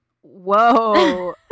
Whoa